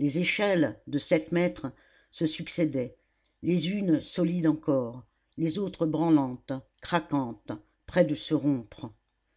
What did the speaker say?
les échelles de sept mètres se succédaient les unes solides encore les autres branlantes craquantes près de se rompre